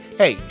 hey